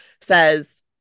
says